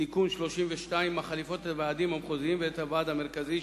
תיקון 32 מחליפות את הוועדים המחוזיים ואת הוועד המרכזי,